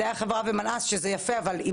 מדעי החברה ומנהל עסקים שזה יפה אבל עם